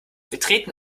betreten